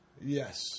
yes